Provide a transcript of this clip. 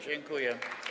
Dziękuję.